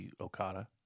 Okada